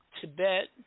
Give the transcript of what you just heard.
Tibet